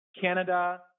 Canada